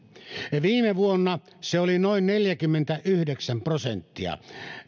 viime vuonna se oli noin neljäkymmentäyhdeksän prosenttia